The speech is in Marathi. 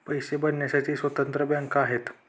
पैसे भरण्यासाठी स्वतंत्र बँका आहेत